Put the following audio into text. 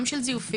גם של זיופים.